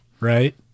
right